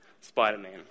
Spider-Man